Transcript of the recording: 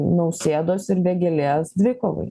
nausėdos ir vėgėlės dvikovai